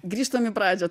grįžtam į pradžią